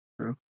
True